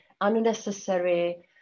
unnecessary